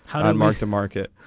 hi mark to market.